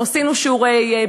אנחנו עשינו שיעורי-בית,